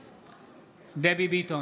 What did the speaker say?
נגד דבי ביטון,